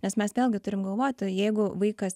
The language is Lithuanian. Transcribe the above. nes mes vėlgi turim galvoti jeigu vaikas